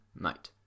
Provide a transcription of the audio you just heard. night